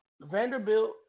Vanderbilt